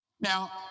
Now